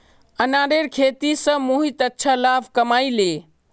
अनारेर खेती स मोहित अच्छा लाभ कमइ ले